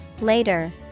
Later